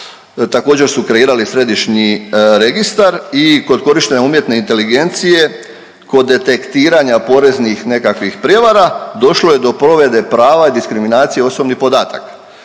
također su kreirali središnji registar i kod korištenja umjetne inteligencije kod detektiranja poreznih nekakvih prevara, došlo je do povrede prava i diskriminacije osobnih podataka.